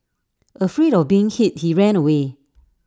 afraid of being hit he ran away